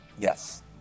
Yes